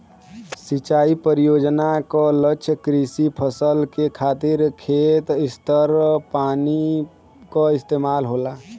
सिंचाई परियोजना क लक्ष्य कृषि फसल के खातिर खेत स्तर पर पानी क इस्तेमाल होला